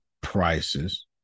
prices